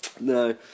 No